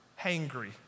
hangry